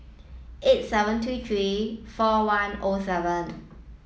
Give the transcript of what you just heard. eight seven two three four one O seven